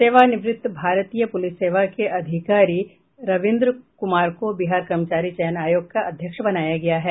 सेवानिवृत्ति भारतीय पुलिस सेवा के अधिकारी रविन्द्र कुमार को बिहार कर्मचारी चयन आयोग का अध्यक्ष बनाया गया है